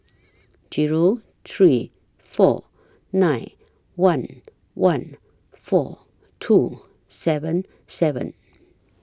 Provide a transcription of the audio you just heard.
Zero three four nine one one four two seven seven